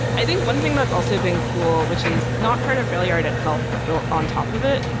i think one thing that's also been cool, which is not part of railyard itself, but built on top of it,